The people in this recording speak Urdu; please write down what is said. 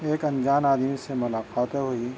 ایک انجان آدمی سے ملاقاتیں ہوئی